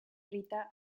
rita